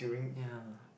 ya